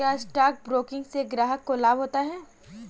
क्या stock broking से ग्राहक को लाभ होता है?